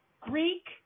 Greek